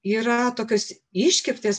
yra tokios iškirptės